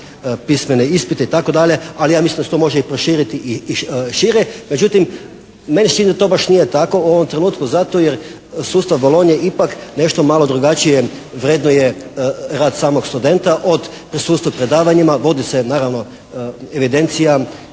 pismene ispite itd. Ali ja mislim da se to može i proširiti i šire. Međutim meni se čini da to baš nije tako u ovom trenutku zato jer sustav Bolonje ipak nešto malo drugačije vrednuje rad samog studenta od prisustvu predavanjima, vodi se naravno evidencija